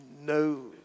No